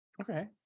Okay